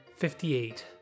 Fifty-eight